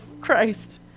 Christ